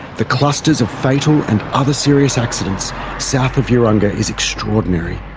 the clusters of fatal and other serious accidents south of urunga is extraordinary.